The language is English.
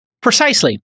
Precisely